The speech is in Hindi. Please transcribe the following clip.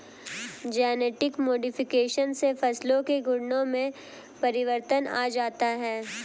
जेनेटिक मोडिफिकेशन से फसलों के गुणों में परिवर्तन आ जाता है